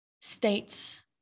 states